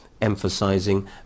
emphasizing